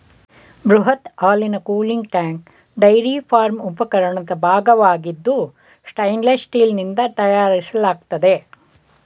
ಬೃಹತ್ ಹಾಲಿನ cooling tank dairy farm ಉಪಕರಣದ ಭಾಗವಾಗಿದ್ದು ಸ್ಟೇನ್ಲೆಸ್ ಸ್ಟೀಲ್ನಿಂದ ತಯಾರಿಸಲಾಗ್ತದೆ